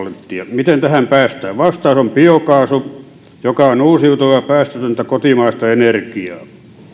miten tähän päästään vastaus on biokaasu joka on uusiutuvaa päästötöntä kotimaista energiaa